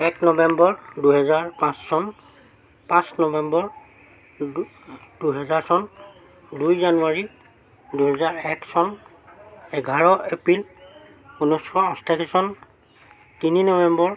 এক নৱেম্বৰ দুহেজাৰ পাঁচ চন পাঁচ নৱেম্বৰ দুহেজাৰ চন দুই জানুৱাৰী দুহেজাৰ এক চন এঘাৰ এপ্ৰিল ঊনৈছশ আঠাশী চন তিনি নৱেম্বৰ